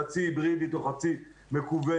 חצי היברידית או חצי מקוונת,